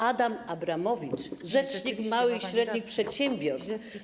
Adam Abramowicz, rzecznik małych i średnich przedsiębiorstw.